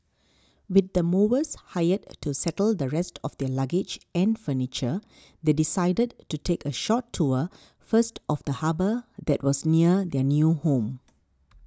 with the movers hired to settle the rest of their luggage and furniture they decided to take a short tour first of the harbour that was near their new home